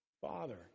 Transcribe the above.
Father